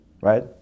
right